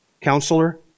Counselor